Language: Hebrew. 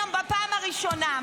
היום בפעם הראשונה.